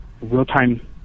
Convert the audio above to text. real-time